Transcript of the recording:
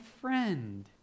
friend